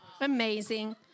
Amazing